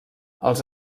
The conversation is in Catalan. els